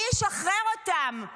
אני אשחרר אותם.